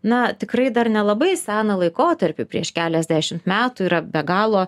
na tikrai dar nelabai seną laikotarpį prieš keliasdešimt metų yra be galo